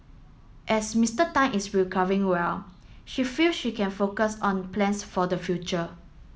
as Mister Tan is recovering well she feel she can focus on plans for the future